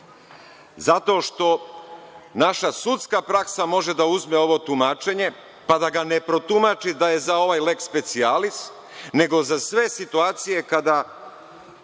Zato što naša sudska praksa može da uzme ovo tumačenje pa da ga ne protumači da je za ovaj leks specijalis, nego za sve situacije kada